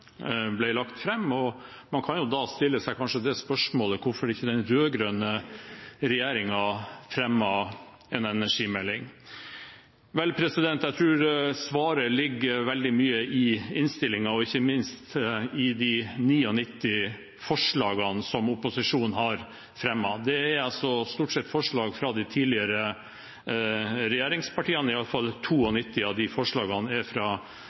ble lagt fram, og da kan man jo stille seg spørsmålet om hvorfor ikke den rød-grønne regjeringen fremmet en energimelding. Jeg tror mye av svaret ligger i innstillingen, og ikke minst i de 99 forslagene som opposisjonen har fremmet. Det er stort sett forslag fra de tidligere regjeringspartiene, 92 av forslagene er i hvert fall fra